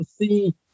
see